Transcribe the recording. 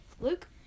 Luke